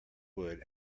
wood